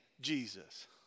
Jesus